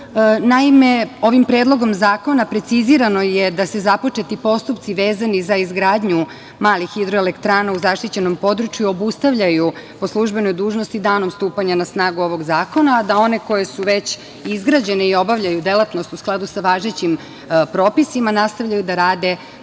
oblast. Naime, ovim predlogom zakona precizirano je da se započeti postupci vezani za izgradnju malih hidroelektrana u zaštićenom području obustavljaju po službenoj dužnosti danom stupanja na snagu ovog zakona, a da one koje su već izgrađene i obavljaju delatnost u skladu sa važećim propisima nastavljaju da rade do